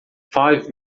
five